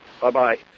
Bye-bye